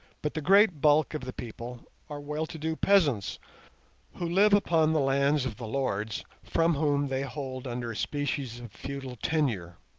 but the great bulk of the people are well-to-do peasants who live upon the lands of the lords, from whom they hold under a species of feudal tenure.